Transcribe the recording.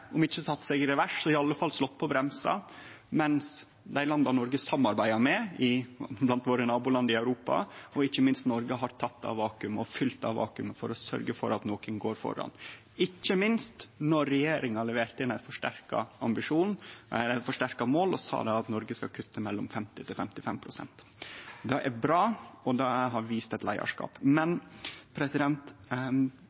seg i revers, har dei i alle fall slått på bremsane, mens dei landa Noreg samarbeider med blant våre naboland i Europa, og ikkje minst Noreg, har fylt det vakuumet for å sørgje for at nokon går føre – ikkje minst då regjeringa leverte inn eit forsterka mål og sa at Noreg skal kutte mellom 50 og 55 pst. Det er bra. Det har vist eit